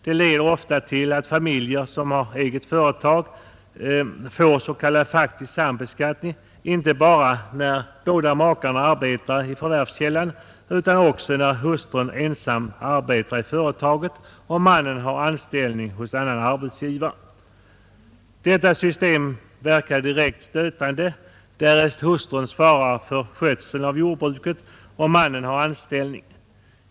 Det leder ofta till att familjer som har ett eget företag får s.k. faktisk sambeskattning inte bara när båda makarna arbetar i förvärvskällan utan även när hustrun ensam arbetar i företaget och mannen har anställning hos annan arbetsgivare. Detta system verkar direkt stötande, därest hustrun svarar för skötseln av jordbruket och mannen har anställning.